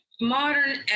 modern